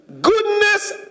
goodness